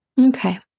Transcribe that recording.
Okay